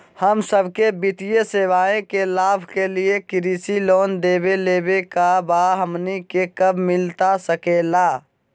हम सबके वित्तीय सेवाएं के लाभ के लिए कृषि लोन देवे लेवे का बा, हमनी के कब मिलता सके ला?